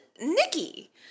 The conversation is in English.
Nikki